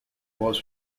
was